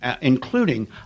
including